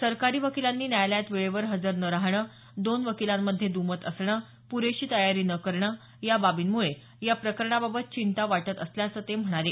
सरकारी वकिलांनी न्यायालयात वेळेवर हजर न राहणं दोन वकिलांमध्ये द्मत असणं पुरेशी तयारी न करणं याबाबींमुळे या प्रकरणाबाबत चिंता वाटत असल्याचं ते म्हणाले